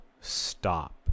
stop